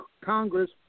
Congress